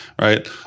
Right